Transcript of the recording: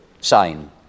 sign